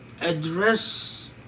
address